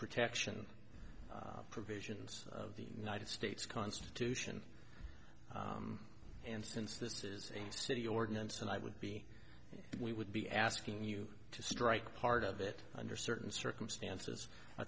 protection provisions of the united states constitution and since this is a city ordinance and i would be we would be asking you to strike part of it under certain circumstances i